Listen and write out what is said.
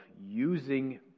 using